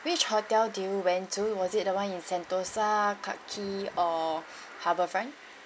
which hotel did you went to was it the one in sentosa clarke quay or harbour front